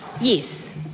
yes